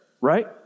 Right